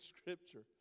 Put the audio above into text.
scripture